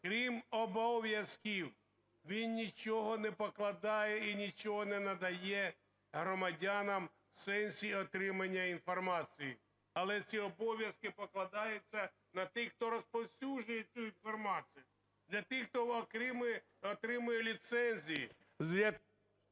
Крім обов'язків, він нічого не покладає і нічого не надає громадянам в сенсі отримання інформації. Але ці обов'язки покладаються на тих, хто розповсюджують цю інформацію, для тих, хто отримує ліцензії,